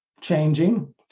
changing